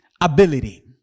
ability